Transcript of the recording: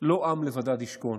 לא עם לבדד ישכון,